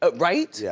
ah right? yeah